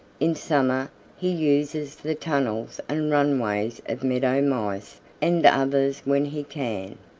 in summer he uses the tunnels and runways of meadow mice and others when he can.